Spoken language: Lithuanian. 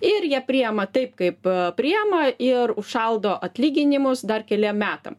ir jie priima taip kaip priima ir užšaldo atlyginimus dar keliem metam